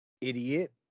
idiot